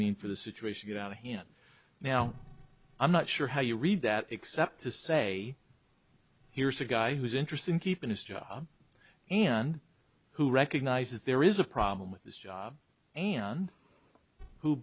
mean for the situation get out of hand now i'm not sure how you read that except to say here's a guy who's interested in keeping his job and who recognizes there is a problem with his job and who